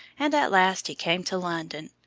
and at last he came to london,